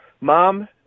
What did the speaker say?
Mom